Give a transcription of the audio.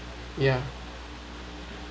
ya